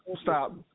Stop